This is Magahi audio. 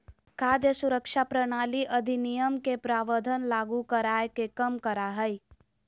खाद्य सुरक्षा प्रणाली अधिनियम के प्रावधान लागू कराय के कम करा हइ